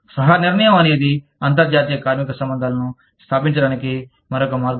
సహ నిర్ణయం అనేది అంతర్జాతీయ కార్మిక సంబంధాలను స్థాపించడానికి మరొక మార్గం